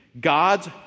God's